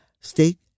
State